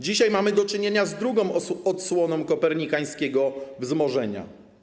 Dzisiaj mamy do czynienia z drugą odsłoną kopernikańskiego wzmożenia.